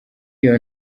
iyo